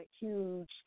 huge